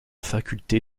faculté